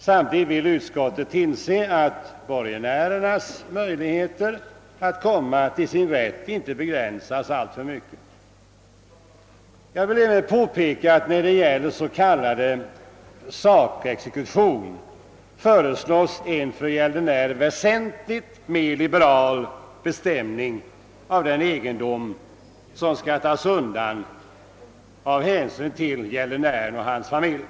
Samtidigt vill utskottet tillse att borgenärernas möjligheter att komma till sin rätt inte begränsas alltför mycket. Jag vill även påpeka att när det gäller s.k. sakexekution föreslås en för gäldenären väsentligt mer liberal bestämning av den egendom som skall tas undan av hänsyn till gäldenären och hans familj.